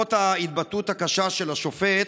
בעקבות ההתבטאות הקשה של השופט,